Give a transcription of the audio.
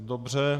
Dobře.